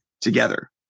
together